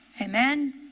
Amen